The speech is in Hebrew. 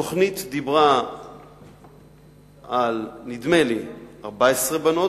נדמה לי שהתוכנית דיברה על 14 בנות,